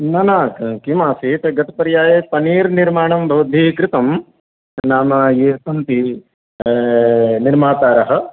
ना ना क् किमासीत् गतपर्याये पनिर् निर्माणं भवद्भिः कृतं नाम ये सन्ति निर्मातारः